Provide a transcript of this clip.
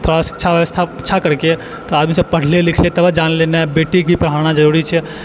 थोडा शिक्षा व्यवस्था अच्छा करके आदमी सब पढ़ले लिखले तबे जानलै ने बेटी के पढ़ाना जरुरी छै